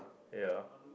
ya